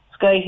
Sky